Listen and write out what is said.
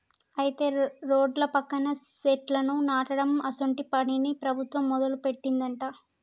అయితే రోడ్ల పక్కన సెట్లను నాటడం అసోంటి పనిని ప్రభుత్వం మొదలుపెట్టిందట